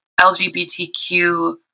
LGBTQ